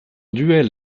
duel